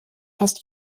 fast